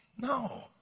No